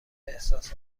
احساس